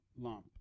lump